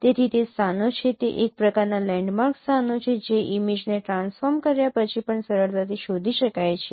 તેથી તે સ્થાનો છે તે એક પ્રકારનાં લેન્ડમાર્ક સ્થાનો છે જે ઇમેજને ટ્રાન્સફૉર્મડ કર્યા પછી પણ સરળતાથી શોધી શકાય છે